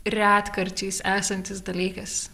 retkarčiais esantis dalykas